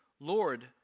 Lord